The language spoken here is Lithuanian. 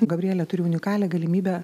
gabrielė turi unikalią galimybę